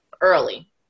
early